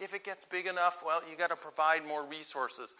if it gets big enough well you've got to provide more resources